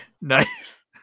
nice